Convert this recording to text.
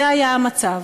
זה היה המצב.